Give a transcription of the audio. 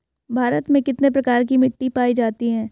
भारत में कितने प्रकार की मिट्टी पाई जाती हैं?